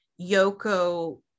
Yoko